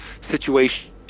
situation